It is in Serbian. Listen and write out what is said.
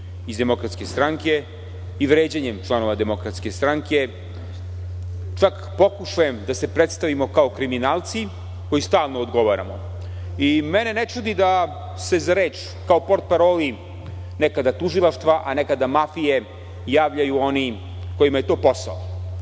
iz DS i vređanjem članova DS, čak pokušajem da se predstavimo kao kriminalci koji stalno odgovaramo. Mene ne čudi da se za reč, kao portparoli nekada tužilaštva, a nekada mafije, javljaju oni kojima je to posao.